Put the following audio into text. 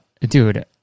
Dude